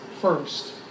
first